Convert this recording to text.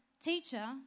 Teacher